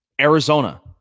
Arizona